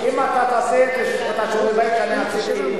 אם אתה תעשה את שיעורי-הבית כמו שאני עשיתי,